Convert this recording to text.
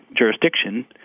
jurisdiction